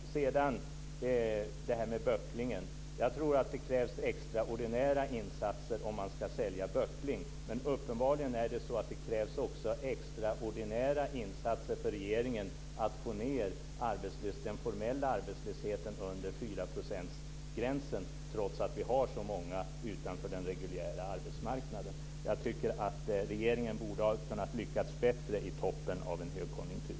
När det gäller det här med böcklingen så tror jag att det krävs extraordinära insatser om man ska sälja böckling. Men uppenbarligen krävs det också extraordinära insatser för regeringen för att få ned den formella arbetslösheten under 4-procentsgränsen trots att vi har så många utanför den reguljära arbetsmarknaden. Jag tycker att regeringen borde ha kunnat lyckas bättre i toppen av en högkonjunktur.